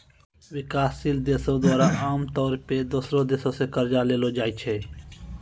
विकासशील देशो द्वारा आमतौरो पे दोसरो देशो से कर्जा लेलो जाय छै